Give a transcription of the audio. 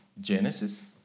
genesis